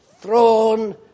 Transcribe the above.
thrown